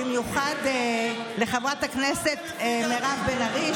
במיוחד לחברת הכנסת מירב בן ארי,